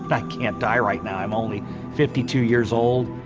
but i can't die right now. i'm only fifty two years old.